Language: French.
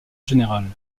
général